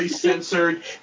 censored